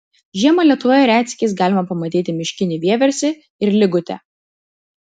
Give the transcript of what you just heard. žiemą lietuvoje retsykiais galima pamatyti miškinį vieversį ir ligutę